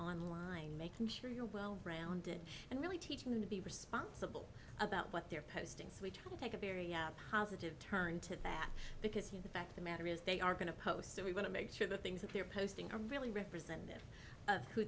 online making sure you're well rounded and really teaching them to be responsible about what they're posting so we try to take a very positive turn to that because here the fact the matter is they are going to post so we want to make sure the things that they are posting are really representative of who